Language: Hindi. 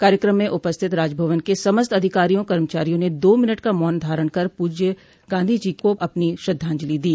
कार्यक्रम में उपस्थित राजभवन के समस्त अधिकारियों कर्मचारियों ने दो मिनट का मौन धारण कर पूज्य गांधी जी को अपनी श्रद्वाजंलि दी